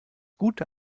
gute